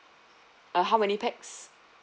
uh how many pax